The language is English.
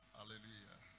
Hallelujah